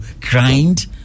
grind